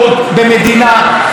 דמוקרטית.